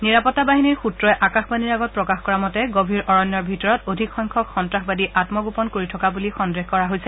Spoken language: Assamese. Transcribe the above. নিৰাপত্তাবাহিনীৰ সূত্ৰই আকাশবাণীৰ আগত প্ৰকাশ কৰা মতে গভীৰ অৰণ্যৰ ভিতৰত অধিক সংখ্যক সন্তাসবাদী আমগোপন কৰি থকা বুলি সন্দেহ কৰা হৈছে